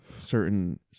Certain